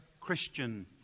Christian